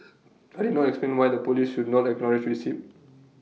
I did not explain why the Police would not acknowledge receipt